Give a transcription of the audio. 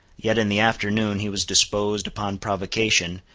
yet in the afternoon he was disposed, upon provocation,